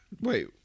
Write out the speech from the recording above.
Wait